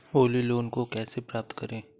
Holi loan को कैसे प्राप्त करें?